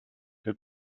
que